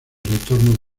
retorno